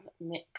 Nick